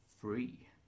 free